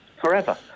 forever